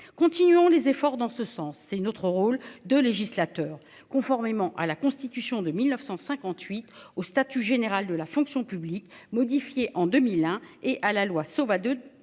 Continuons les efforts dans ce sens, c'est une autre rôle de législateur. Conformément à la Constitution de 1958 au statut général de la fonction publique, modifié en 2001 et à la loi sauva